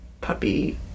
puppy